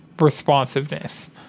responsiveness